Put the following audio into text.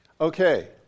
Okay